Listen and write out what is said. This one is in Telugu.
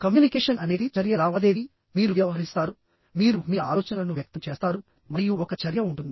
కమ్యూనికేషన్ అనేది చర్య లావాదేవీమీరు వ్యవహరిస్తారుమీరు మీ ఆలోచనలను వ్యక్తం చేస్తారు మరియు ఒక చర్య ఉంటుంది